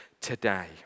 today